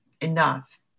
enough